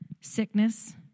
sickness